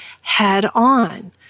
head-on